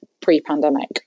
pre-pandemic